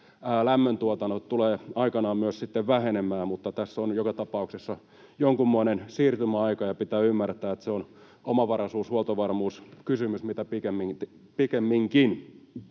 lämmöntuotanto tulee aikanaan vähenemään. Tässä on joka tapauksessa jonkunmoinen siirtymäaika, ja pitää ymmärtää, että se on omavaraisuus-, huoltovarmuuskysymys mitä pikemminkin.